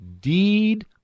deed